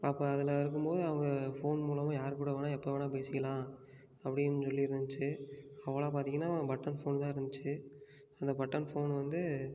அப்போ அதில் இருக்கும்போது அவங்க ஃபோன் மூலமாக யார் கூட வேணால் எப்போ வேணால் பேசிக்கலாம் அப்படின் சொல்லி இருந்துச்சு அப்போலாம் பார்த்தீங்கன்னா பட்டன் ஃபோன் தான் இருந்துச்சு அந்த பட்டன் ஃபோன் வந்து